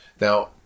Now